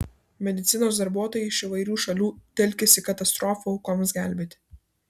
medicinos darbuotojai iš įvairių šalių telkiasi katastrofų aukoms gelbėti